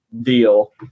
deal